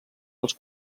als